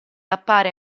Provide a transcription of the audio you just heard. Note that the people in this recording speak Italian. appare